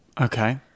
Okay